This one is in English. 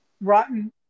rotten